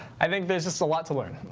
i think there's just a lot to learn.